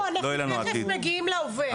לא, לא, אנחנו תיכף מגיעים להווה.